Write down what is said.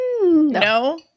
no